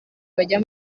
bajya